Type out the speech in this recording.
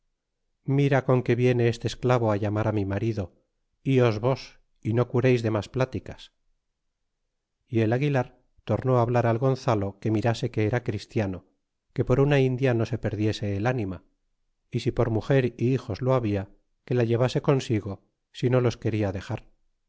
mira con que viene este esclavo ó llamar mi marido ios vos y no cureis de mas pl ticas y el aguilar tornú hablar al gonzalo que mirase que era christiano que por una india no se perdiese el nima y si por nutger y hijos lo habla que la llevase consigo si no los quena dexar